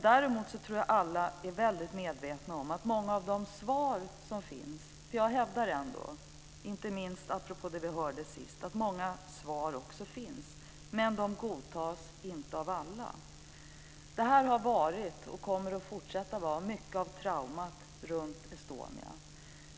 Däremot tror jag att alla är väldigt medvetna om att många av de svar som finns - det hävdar jag inte minst apropå det senaste som vi hörde - inte godtas av alla. Det har varit och kommer att fortsätta att vara mycket av trauma runt Estonia.